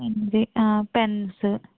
ఇది పెన్స్